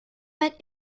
but